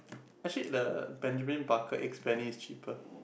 actually the Benjamin Barker eggs bene~ is cheaper